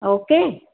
okay